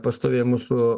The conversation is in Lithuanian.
pastovieji mūsų